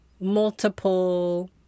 multiple